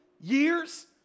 years